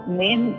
main